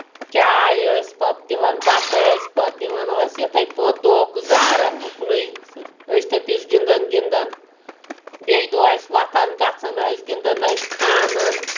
چاے ٲسۍ پَتہٕ دِوان بَتہٕ ٲسۍ پَتہٕ دِوان ٲسۍ یِتھَے پٲٹھۍ دۄہ گُزارَان اُکنُے أسۍ تھٔپِتھ گِنٛدَان گِنٛدَان بیٚیہِ دۄہ ٲسۍ وۄتھان گژھان ٲسۍ گِنٛدَان ٲسۍ کھنان